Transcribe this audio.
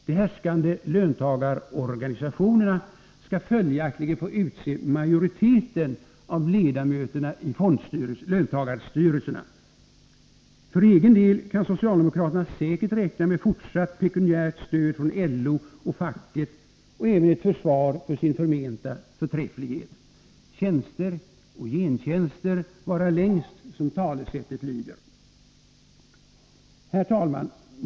De härskande löntagarorganisationerna skall följaktligen få utse majoriteten av ledamöterna i löntagarstyrelserna. För egen del kan socialdemokraterna säkert räkna med fortsatt pekuniärt stöd från LO och facket och även ett försvar för sin förmenta förträfflighet. Tjänster och gentjänster varar längst, som talesättet lyder. Herr talman!